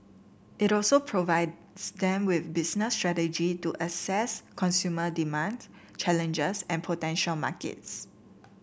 it also provides them with business strategy to assess consumer demand challenges and potential markets